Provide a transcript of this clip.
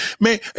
Man